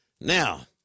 Now